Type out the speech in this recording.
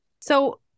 So-